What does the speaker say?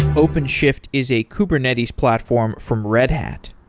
openshift is a kubernetes platform from red hat.